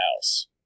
house